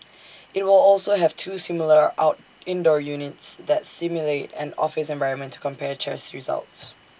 IT will also have two similar out indoor units that simulate an office environment to compare tests results